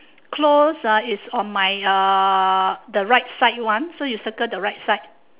closed uh is on my uh the right side one so you circle the right side